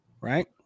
right